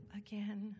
again